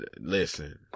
listen